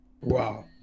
wow